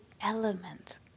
element